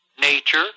nature